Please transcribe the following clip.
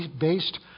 based